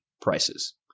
prices